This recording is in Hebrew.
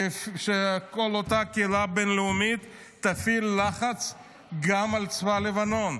שכל אותה קהילה בין-לאומית תפעיל לחץ גם על צבא לבנון,